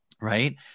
Right